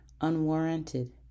unwarranted